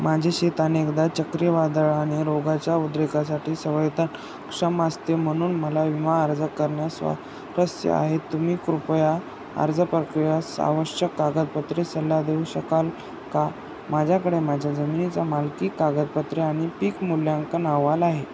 माझे शेत अनेकदा चक्रीवादळ आणि रोगाच्या उद्रेकासाठी संवेदना क्षम असते म्हणून मला विमा अर्ज करण्यास स्वारस्य आहे तुम्ही कृपया अर्ज प्रक्रिया आवश्यक कागदपत्रे सल्ला देऊ शकाल का माझ्याकडे माझ्या जमिनीचा मालकी कागदपत्रे आणि पीक मूल्यांकन अहवाल आहे